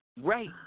Right